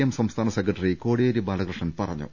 M സംസ്ഥാന സെക്രട്ടറി കോടിയേരി ബാലകൃഷ്ണൻ പറഞ്ഞു